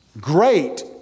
Great